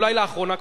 אולי לאחרונה,